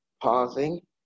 pausing